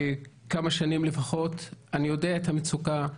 כמה שנים לפחות, אני יודע את המצוקה.